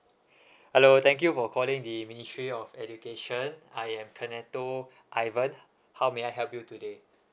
hello thank you for calling the ministry of education I am koneto ivan how may I help you today